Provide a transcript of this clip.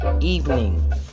evening